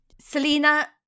Selena